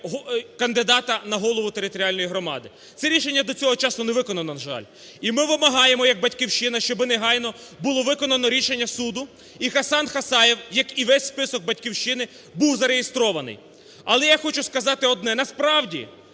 кандидата на голову територіальної громади. Це рішення до цього часу не виконано, на жаль. І ми вимагаємо як "Батьківщина", щоби негайно було виконано рішення суду, і Хасан Хасаєв, як і весь список "Батьківщини", був зареєстрований. Але я хочу сказати одне: насправді,